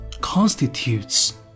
constitutes